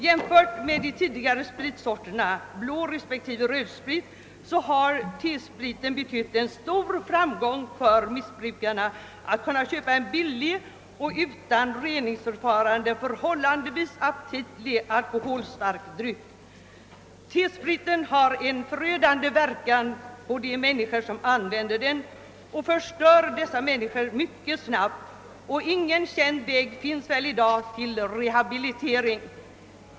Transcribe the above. Jämfört med de tidigare spritsorterna blårespektive rödsprit har det genom T-spriten blivit betydligt enklare för missbrukarna att köpa en billig och utan reningsförfarande förhållandevis = aptitlig alkoholstark dryck. T-spriten har en förödande verkan på de människor som använder den; den förstör dem mycket snabbt, och ingen känd väg finns väl i dag till rehabilitering.